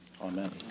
amen